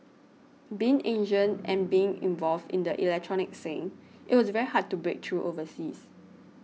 being Asian and being involved in the electronic scene it was very hard to break through overseas